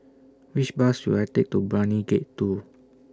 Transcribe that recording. Which Bus should I Take to Brani Gate two